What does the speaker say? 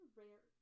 rare